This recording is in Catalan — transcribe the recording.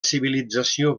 civilització